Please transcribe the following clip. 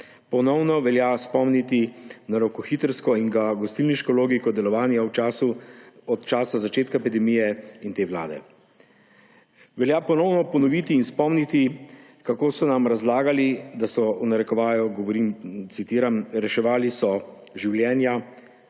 ponovno velja spomniti na rokohitrsko in gostilniško logiko delovanja od začetka epidemije in te vlade. Velja ponovno ponoviti in spomniti, kako so nam razlagali, da so, v narekovaju govorim in citiram, »reševali so življenja«,